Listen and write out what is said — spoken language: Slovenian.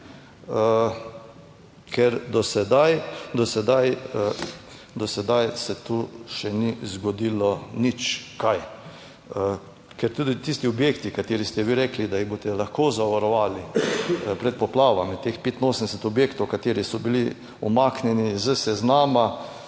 ker do sedaj se tu še ni zgodilo nič kaj. Ker tudi tisti objekti, kateri ste vi rekli, da jih boste lahko zavarovali pred poplavami, teh 85 objektov, kateri so bili umaknjeni iz seznama